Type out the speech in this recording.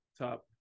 top